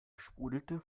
sprudelte